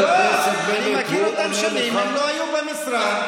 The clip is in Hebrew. אתה רואה את הדברים ככה, הוא רואה אותם אחרת.